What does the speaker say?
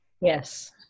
Yes